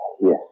Yes